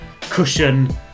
cushion